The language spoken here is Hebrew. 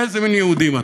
איזה מין יהודים אתם?